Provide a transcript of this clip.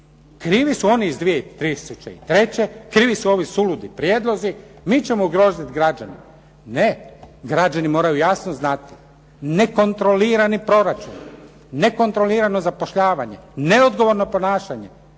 Krivi su oni iz 2003. Krivi su ovi suludi prijedlozi. Mi ćemo ugroziti građane. Ne! Građani moraju jasno znati nekontrolirani proračun, nekontrolirano zapošljavanje, neodgovorno ponašanje.